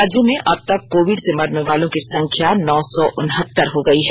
राज्य में अबतक कोविड से मरने वालों की संख्या नौ सौ उनहत्तर हो गई है